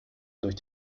durch